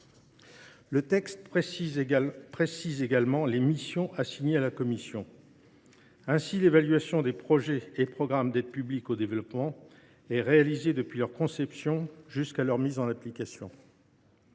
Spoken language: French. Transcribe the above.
Le texte précise également les missions assignées à la commission. Elle évalue les projets et programmes d’aide publique au développement, depuis leur conception jusqu’à leur mise en œuvre.